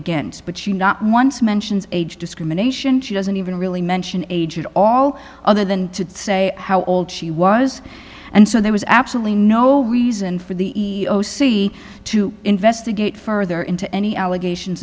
against but she not once mentions age discrimination she doesn't even really mention age at all other than to say how old she was and so there was absolutely no reason for the c to investigate further into any allegations